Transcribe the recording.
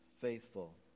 faithful